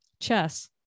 chess